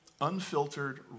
unfiltered